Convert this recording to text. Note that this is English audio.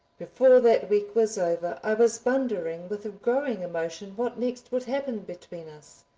before that week was over i was wondering with a growing emotion what next would happen between us.